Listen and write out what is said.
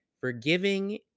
forgiving